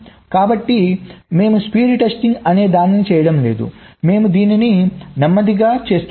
కాబట్టి మేము speed testing అనే దానిని చేయడం లేదు మేము దీన్ని నెమ్మదిగా చేస్తున్నాము